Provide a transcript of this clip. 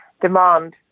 demand